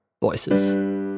voices